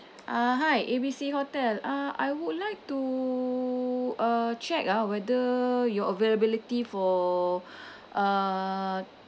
uh hi A B C hotel uh I would like to uh check ah whether your availability for uh